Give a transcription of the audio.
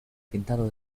pintado